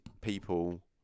people